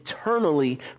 eternally